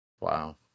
wow